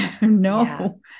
No